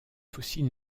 fossiles